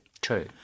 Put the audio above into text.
True